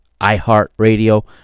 iHeartRadio